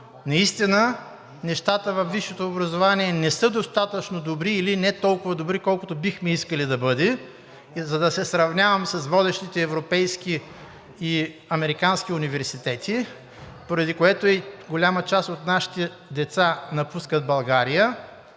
наистина нещата във висшето образование не са достатъчно добри или не толкова добри, колкото бихме искали да бъдат, за да се сравняваме с водещите европейски и американски университети, поради което и голяма част от нашите деца напускат България.